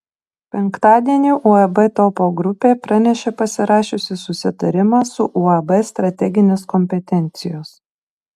penktadienį uab topo grupė pranešė pasirašiusi susitarimą su uab strateginės kompetencijos